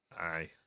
Aye